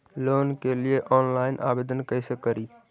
Loan के लिये online आवेदन कैसे करि?